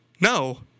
No